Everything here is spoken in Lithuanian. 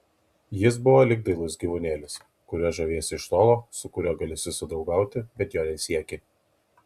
jis buvo lyg dailus gyvūnėlis kuriuo žaviesi iš tolo su kuriuo gali susidraugauti bet jo nesieki